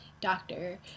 doctor